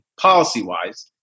policy-wise